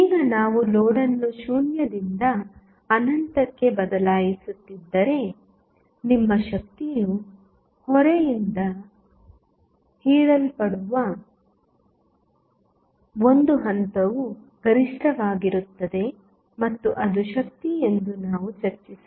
ಈಗ ನಾವು ಲೋಡ್ ಅನ್ನು 0 ರಿಂದ ಅನಂತಕ್ಕೆ ಬದಲಾಯಿಸುತ್ತಿದ್ದರೆ ನಿಮ್ಮ ಶಕ್ತಿಯು ಹೊರೆಯಿಂದ ಹೀರಲ್ಪಡುವ ಒಂದು ಹಂತವು ಗರಿಷ್ಠವಾಗಿರುತ್ತದೆ ಮತ್ತು ಅದು ಶಕ್ತಿ ಎಂದು ನಾವು ಚರ್ಚಿಸುತ್ತೇವೆ